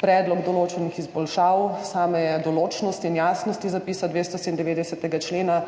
predlog določenih izboljšav same določnosti in jasnosti zapisa 297. člena.